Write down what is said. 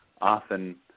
often